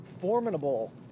formidable